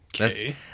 Okay